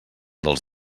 dels